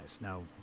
Now